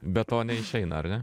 be to neišeina ar ne